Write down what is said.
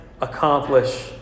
accomplish